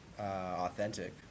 authentic